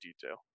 detail